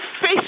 face